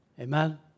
Amen